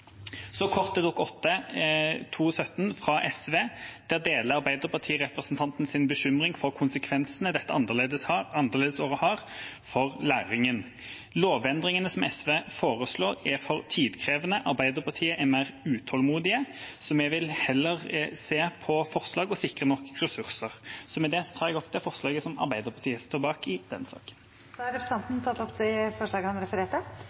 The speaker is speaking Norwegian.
Så kort til Dokument 8:217 S for 2020–2021, fra SV. Der deler Arbeiderpartiet representantens bekymring for konsekvensene dette annerledesåret har for læringen. Lovendringene som SV foreslår, er for tidkrevende. Arbeiderpartiet er mer utålmodige, så vi vil heller se på forslag og sikre nok ressurser. Med det tar jeg opp det forslaget som Arbeiderpartiet er en del av. Representanten Torstein Tvedt Solberg har tatt opp det forslaget han refererte